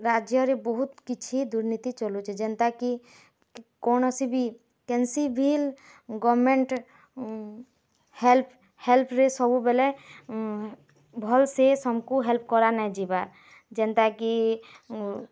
ରାଜ୍ୟରେ ବହୁତ୍ କିଛି ଦୁର୍ନୀତି ଚାଲୁଚେ ଯେନ୍ତା କି କୌଣସି ବି କେନ୍ସି ବିଲ୍ ଗମେଣ୍ଟ୍ ହେଲ୍ପ୍ ହେଲ୍ପରେ ସବୁବେଲେ ଭଲସେ ସମସ୍ତଙ୍କୁ ହେଲ୍ପ୍ କରାନାଇଯିବାର୍ ଯେନ୍ତା କି